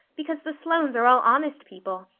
because the sloanes are all honest people,